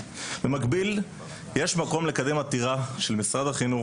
במקביל יש מקום לקדם עתירה של משרד החינוך,